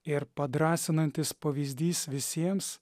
ir padrąsinantis pavyzdys visiems